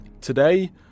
Today